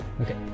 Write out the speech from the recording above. Okay